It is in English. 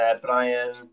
Brian